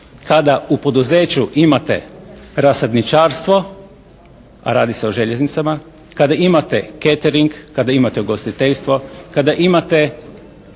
kada u poduzeću imate rasadničarstvo, a radi se o željeznicama, kada imate catering, kada imate ugostiteljstvo, kada imate